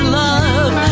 love